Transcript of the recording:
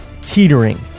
teetering